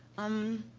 um,